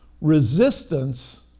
Resistance